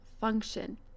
function